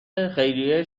خیریه